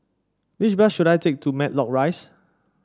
which bus should I take to Matlock Rise